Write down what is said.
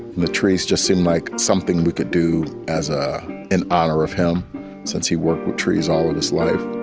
the trees just seemed like something we could do, as ah in honor of him since he worked with trees all of his life